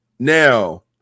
Now